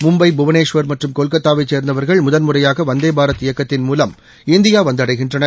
மும்பை புவனேஷ்வர் மற்றும் கொல்கத்தாவைச் சேர்ந்தவர்கள் முதன்முறையாகவந்தேபாரத் இயக்கத்தின் மூலம் இந்தியாவந்தடைகின்றனர்